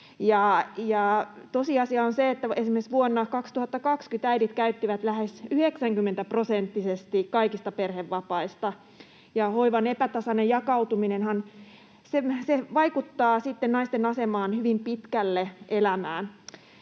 Tosiasia on se, että esimerkiksi vuonna 2020 äidit käyttivät lähes 90 prosenttia kaikista perhevapaista ja hoivan epätasainen jakautuminenhan vaikuttaa sitten naisten asemaan hyvin pitkälle elämään.